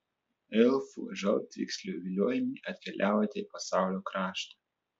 elfų žaltvykslių viliojami atkeliavote į pasaulio kraštą